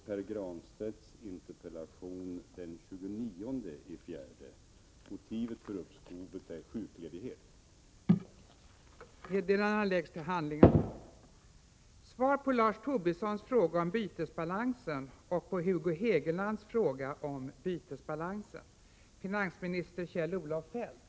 Nu har statistiska centralbyrån nyligen visat att förra årets bytesbalans i stället gav ett underskott på närmare 7 miljarder. 1. Anser finansministern fortfarande att bytesbalansen visade överskott 1984? 2. Tror finansministern fortfarande att bytesbalansunderskottet i år skall stanna vid 2 miljarder?